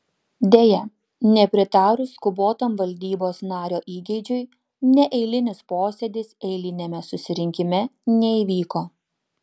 deja nepritarus skubotam valdybos nario įgeidžiui neeilinis posėdis eiliniame susirinkime neįvyko